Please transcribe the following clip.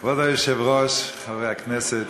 כבוד היושב-ראש, חברי הכנסת,